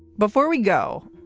before we go,